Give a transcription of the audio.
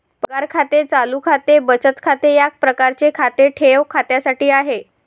पगार खाते चालू खाते बचत खाते या प्रकारचे खाते ठेव खात्यासाठी आहे